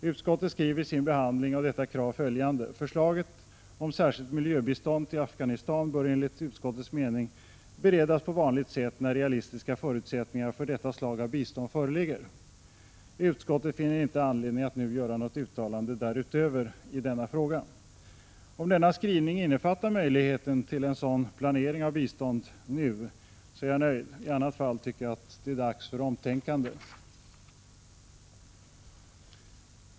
Utskottet skriver i sin behandling av detta krav följande: ”Förslaget om särskilt miljöbistånd till Afghanistan bör enligt utskottets mening beredas på vanligt sätt när realistiska förutsättningar för detta slag av bistånd föreligger. Utskottet finner inte anledning att nu göra något uttalande därutöver i denna fråga.” Om denna skrivning innefattar möjligheten till en sådan planering av bistånd redan nu, är jag nöjd. I annat fall tycker jag det är dags för omtänkande.